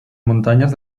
muntanyes